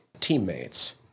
teammates